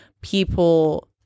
people